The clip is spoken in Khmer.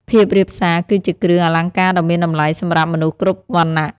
ភាពរាបសារគឺជាគ្រឿងអលង្ការដ៏មានតម្លៃសម្រាប់មនុស្សគ្រប់វណ្ណៈ។